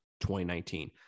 2019